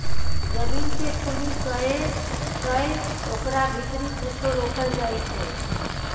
जमीन केँ खुनि कए कय ओकरा भीतरी कुछो रोपल जाइ छै